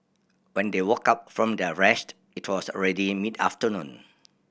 when they woke up from their rest it was already mid afternoon